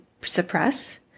suppress